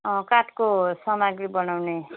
अँ काठको सामाग्री बनाउने